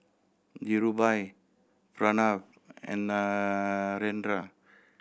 Dhirubhai Pranav and Narendra